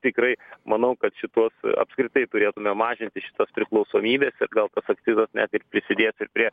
tikrai manau kad šituos apskritai turėtume mažinti šitas priklausomybes ir gal tas akcizas net ir prisidėtų ir prie